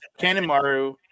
Kanemaru